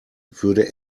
würde